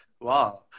Wow